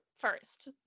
first